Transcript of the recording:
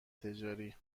تجاری